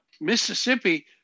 Mississippi